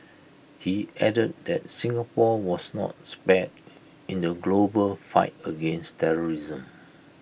he added that Singapore was not spared in the global fight against terrorism